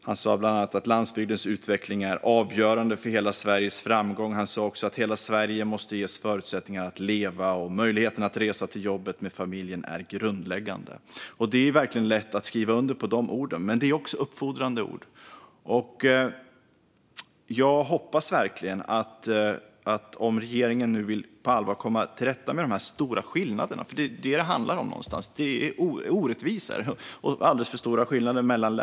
Han sa bland annat att landsbygdens utveckling är avgörande för hela Sveriges framgång, att hela Sverige måste ges förutsättningar att leva och att möjligheten att resa till jobbet och med familjen är grundläggande. Det är lätt att skriva under på de orden. Men det är också uppfordrande ord, och jag hoppas verkligen att regeringen på allvar vill komma till rätta med de stora skillnader som det faktiskt handlar om. Det finns orättvisor och alldeles för stora skillnader mellan länen.